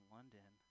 London